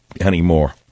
anymore